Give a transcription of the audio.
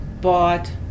bought